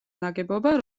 ნაგებობა